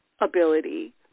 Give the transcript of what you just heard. ability